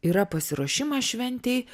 yra pasiruošimas šventei